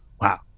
Wow